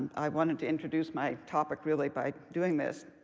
i wanted to introduce my topic really by doing this.